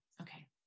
okay